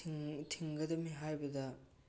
ꯊꯤꯡꯒꯗꯝꯃꯤ ꯍꯥꯏꯕꯗ